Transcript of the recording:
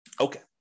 Okay